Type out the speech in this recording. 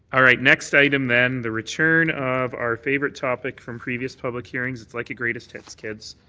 all right. next item, then, the return of our favorite topic from previous public hearings, it's like a greatest hits, kids,